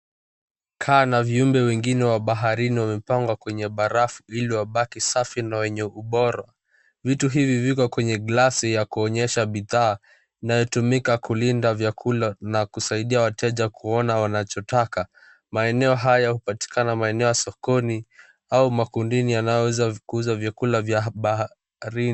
Kaa na viumbe wengine wa baharini wamepangwa kwenye barafu ili wabaki safi na wenye ubora. Vitu hivi viko kwenye glasi ya kuonyesha bidhaa inayotumika kulinda vyakula na kusaidia wateja kuona wanachotaka. Maeneo haya hupatikana maeneo ya sokoni au makundini yanayoweza kuuza vyakula vya baharini.